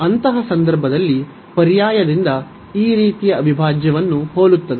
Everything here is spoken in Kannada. ಅಂತಹ ಸಂದರ್ಭದಲ್ಲಿ ಪರ್ಯಾಯದಿಂದ ಈ ರೀತಿಯ ಅವಿಭಾಜ್ಯವನ್ನು ಹೋಲುತ್ತದೆ